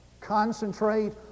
Concentrate